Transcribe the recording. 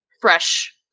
fresh